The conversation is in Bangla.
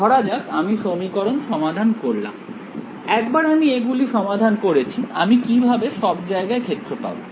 ধরা যাক আমি সমীকরণ সমাধান করলাম একবার আমি এগুলি সমাধান করেছি আমি কিভাবে সব জায়গায় ক্ষেত্র পাবো